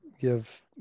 give